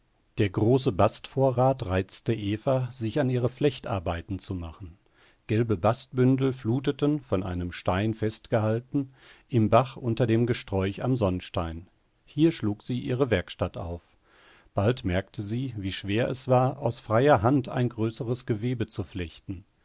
der große bastvorrat reizte eva sich an ihre flechtarbeiten zu machen gelbe bastbündel fluteten von einem stein festgehalten im bach unter dem gesträuch am sonnstein hier schlug sie ihre werkstatt auf bald merkte sie wie schwer es war aus freier hand ein größeres gewebe zu flechten